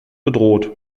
bedroht